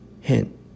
Hint